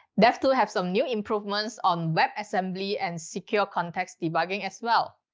devtool have some new improvements on web assembly and secure context debugging as well.